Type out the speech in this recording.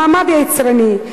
המעמד היצרני,